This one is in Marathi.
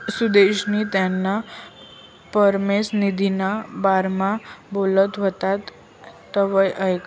सुदेशनी त्याना पोरसले निधीना बारामा बोलत व्हतात तवंय ऐकं